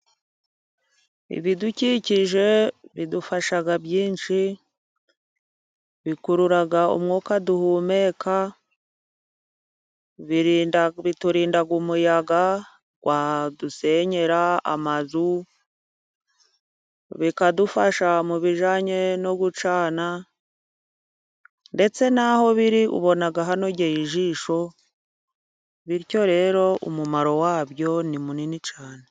Ibidukikije bidufasha byinshi bikurura umwuka duhumeka, biturinda umuyaga wadusenyera amazu, bikadufasha mu bijyanye no gucana, ndetse n'aho biri ubona hanogeye ijisho, bityo rero umumaro wabyo ni munini cyane.